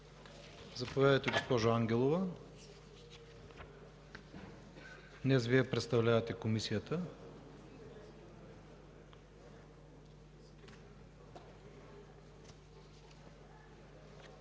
Заповядайте, госпожо Ангелова. Днес Вие представлявате Комисията.